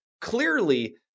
clearly